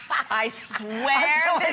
i swear